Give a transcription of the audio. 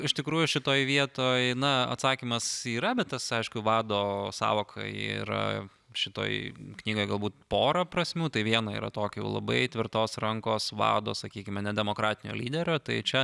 iš tikrųjų šitoj vietoj na atsakymas yra bet tas aišku vado sąvoka yra šitoj knygoj galbūt pora prasmių tai viena yra tokiu labai tvirtos rankos vado sakykime nedemokratinio lyderio tai čia